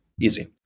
Easy